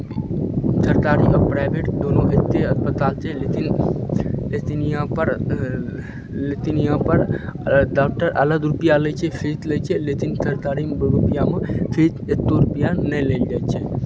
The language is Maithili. सरतारी आओर प्राइवेट दुनू एके अस्पताल छै लेतिन लेतिन इहाँपर लेतिन इहाँपर डाक्टर अलग रुपैआ लै छै फ़ीस लै छै लेतिन सरतारीमे फीस एको रुपैआ नहि लेल जाइ छै